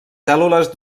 cèl·lules